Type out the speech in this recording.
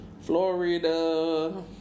Florida